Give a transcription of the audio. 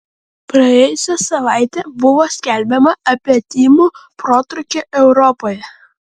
praėjusią savaitę buvo skelbiama apie tymų protrūkį europoje